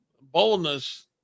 boldness